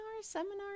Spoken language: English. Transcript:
seminar